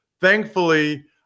Thankfully